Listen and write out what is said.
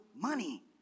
money